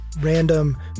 random